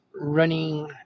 running